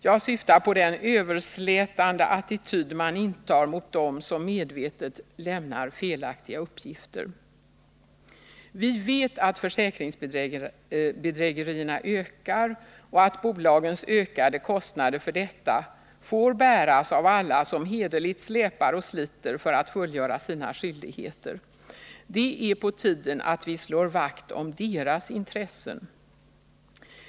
Jag syftar på den överslätande attityd man intar mot dem som medvetet lämnar felaktiga uppgifter. Vi vet att försäkringsbedrägerierna ökar och att bolagens ökade kostnader för detta får bäras av alla som hederligt släpar och sliter för att fullgöra sina skyldigheter. Det är på tiden att vi slår vakt om deras intressen.